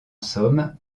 somme